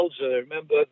remember